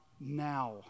now